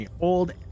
old